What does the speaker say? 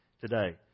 today